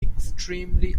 extremely